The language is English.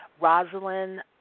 Rosalind